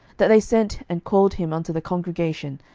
that they sent and called him unto the congregation,